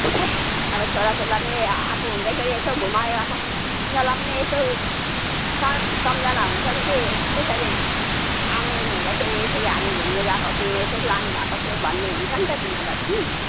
अब छोराछोरीलाई पनि आ आफू हुँदैखेरि यसो घुमाइराखौँ उनीहरूलाई पनि यसो यो सन् सम्झना हुन्छ नि कि यसरी आमैहरू हुँदाखेरि यसरी हामी घुम्नु गएको थियौँ यसरी लानुभएको थियो भन्ने हुन्छ नि त तिनीहरूलाई पनि